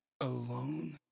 alone